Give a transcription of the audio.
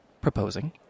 proposing